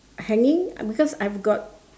hanging because I've got